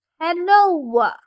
Hello